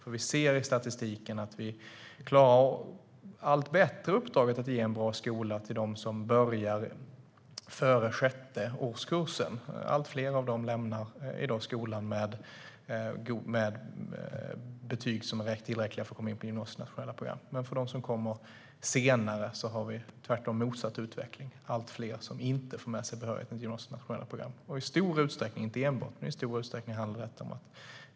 Vi kan utläsa ur statistiken att vi allt bättre klarar av uppdraget att erbjuda en bra skola för dem som börjar före sjätte årskursen. Flera av dessa elever lämnar i dag skolan med betyg som är tillräckliga för att komma in på gymnasiet. För dem som anländer senare är utvecklingen den motsatta. Det är allt fler av dem som inte får behörighet till gymnasiet.